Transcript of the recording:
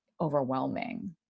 overwhelming